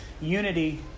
unity